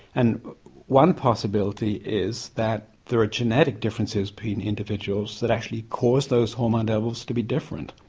and one possibility is that there are genetic differences between individuals that actually cause those hormone levels to be different.